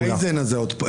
הרייזון הזה עוד פועל?